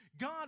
God